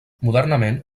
modernament